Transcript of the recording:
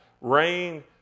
Rain